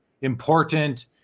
important